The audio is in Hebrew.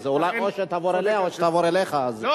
אז או שתעבור אליה או שתעבור אליך.